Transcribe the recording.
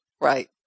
Right